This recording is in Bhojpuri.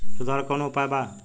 सुधार के कौनोउपाय वा?